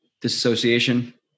disassociation